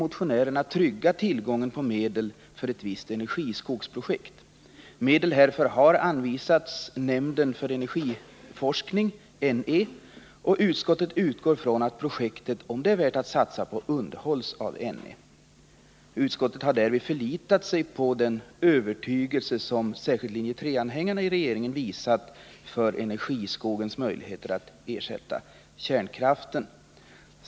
Motionärerna vill trygga tillgången på medel för ett visst energiskogsprojekt. Medel härför har anvisats nämnden för energiproduktionsforskning, NE. Utskottet utgår från att projektet, om det är värt att satsa på, underhålls av NE. Utskottet har därvid förlitat sig på den övertygelse som särskilt linje 3-anhängarna i regeringen visat beträffande möjligheten att ersätta kärnkraften med energiskogar.